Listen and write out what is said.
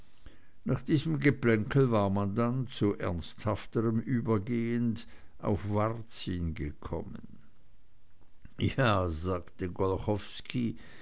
nach diesem geplänkel war man dann zu ernsthafterem übergehend auf varzin gekommen ja sagte